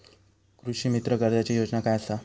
कृषीमित्र कर्जाची योजना काय असा?